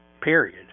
period